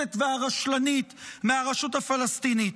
המוחלטת והרשלנית מהרשות הפלסטינית?